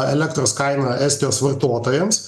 elektros kaina estijos vartotojams